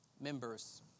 members